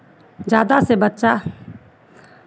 ज़्यादा से बच्चा